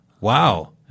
Wow